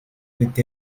with